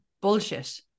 bullshit